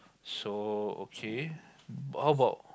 so okay how about